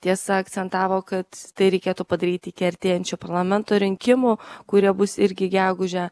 tiesa akcentavo kad tai reikėtų padaryti iki artėjančių parlamento rinkimų kurie bus irgi gegužę